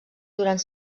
durant